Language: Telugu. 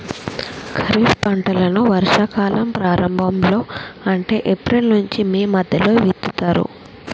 ఖరీఫ్ పంటలను వర్షా కాలం ప్రారంభం లో అంటే ఏప్రిల్ నుంచి మే మధ్యలో విత్తుతరు